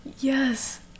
Yes